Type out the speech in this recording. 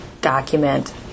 document